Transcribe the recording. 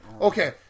Okay